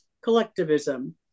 collectivism